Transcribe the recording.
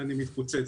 מתפוצץ.